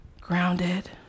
grounded